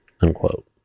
unquote